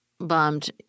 bummed